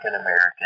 American